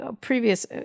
previous